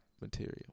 material